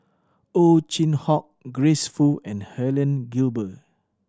Ow Chin Hock Grace Fu and Helen Gilbey